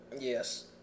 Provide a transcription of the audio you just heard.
Yes